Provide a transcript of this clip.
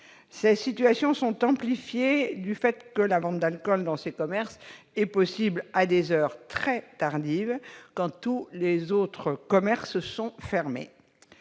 Ces situations sont amplifiées notamment par le fait que la vente d'alcool dans ces commerces est possible à des heures très tardives, quand tous les autres commerces sont fermés.